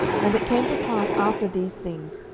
and it came to pass after these things,